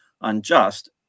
unjust